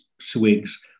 swigs